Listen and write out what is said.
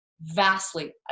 vastly